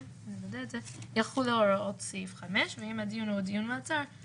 היום אני לא יודעת האם קיימות הגבלות על התקהלות.